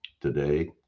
today